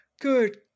good